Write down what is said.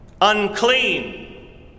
unclean